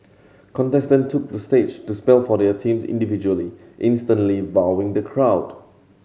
contestant took the stage to spell for their teams individually instantly wowing the crowd